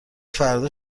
فردا